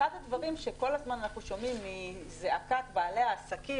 אחד הדברים שאנחנו כל הזמן שומעים מזעקת בעלי העסקים,